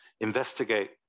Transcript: investigate